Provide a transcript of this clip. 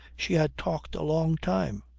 she had talked a long time,